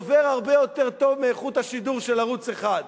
עובר הרבה יותר טוב מאיכות השידור של ערוץ-1.